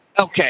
Okay